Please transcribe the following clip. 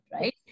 right